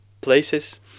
places